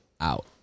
out